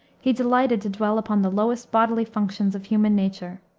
he delighted to dwell upon the lowest bodily functions of human nature.